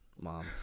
mom